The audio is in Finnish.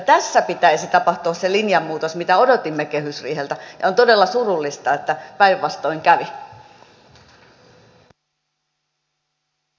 tässä pitäisi tapahtua se linjan muutos mitä odotimme kehysriiheltä ja on todella surullista että päinvastoin kävi